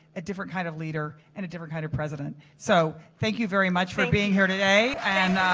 a different kind of leader and a different kind of president. so thank you very much for being here today.